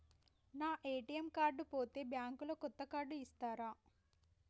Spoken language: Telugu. నా ఏ.టి.ఎమ్ కార్డు పోతే బ్యాంక్ లో కొత్త కార్డు ఇస్తరా?